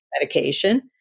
medication